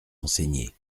enseigné